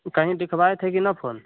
कहीं दिखवाए थे कि ना फोन